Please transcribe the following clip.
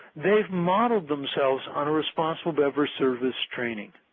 they have modeled themselves on a responsible beverage service training